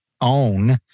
own